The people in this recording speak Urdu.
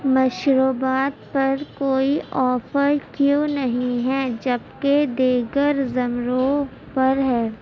مشروبات پر کوئی آفر کیوں نہیں ہے جب کہ دیگر زمروں پر ہے